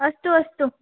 अस्तु अस्तु